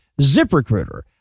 ZipRecruiter